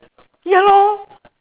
ya lor